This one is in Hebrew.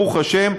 ברוך השם,